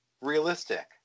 realistic